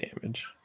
damage